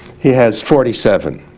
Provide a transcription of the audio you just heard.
he has forty seven